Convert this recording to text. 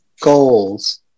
goals